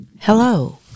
Hello